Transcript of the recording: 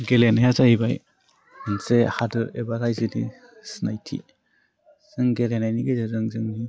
गेलेनाया जाहैबाय मोनसे हादोर एबा रायजोनि सिनायथि जों गेलेनायनि गेजेरजों जोंनि